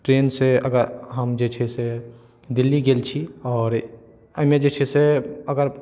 ट्रेनसँ अगर हम जे छै से दिल्ली गेल छी आओर एहिमे जे छै से अगर